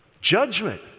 Judgment